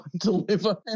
deliver